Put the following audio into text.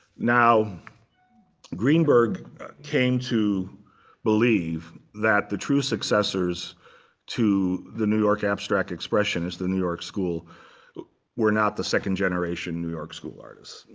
now greenberg came to believe that the true successors to the new york abstract expressionists the new york school were not the second generation new york school artists.